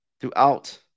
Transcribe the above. throughout